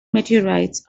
meteorites